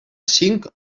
cinc